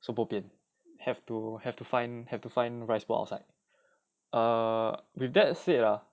so bo pian have to have to find have to find rice bowl outside uh with that said ah